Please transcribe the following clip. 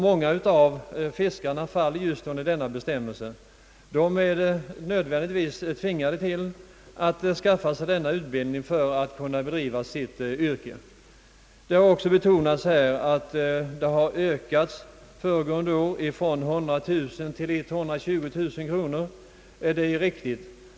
Många av fiskebåtarna faller just under denna bestämmelse. Fiskarna är helt enkelt tvingade att skaffa sig denna utbildning för att kunna bedriva sitt yrke. Det har vidare betonats att anslaget föregående år ökades från 100 000 kronor till 120 000 kronor. Det är riktigt.